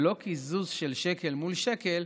ולא יהיה קיזוז של שקל מול שקל,